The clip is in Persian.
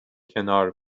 کنار